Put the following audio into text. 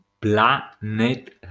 Planet